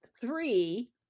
three